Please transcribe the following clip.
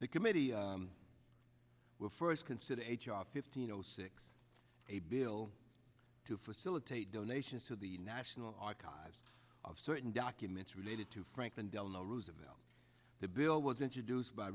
the committee will first consider h r fifteen zero six a bill to facilitate donations to the national archives of certain documents related to franklin delano roosevelt the bill was introduced by